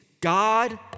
God